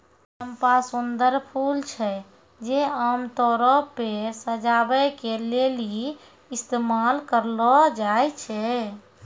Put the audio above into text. चंपा सुंदर फूल छै जे आमतौरो पे सजाबै के लेली इस्तेमाल करलो जाय छै